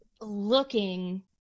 looking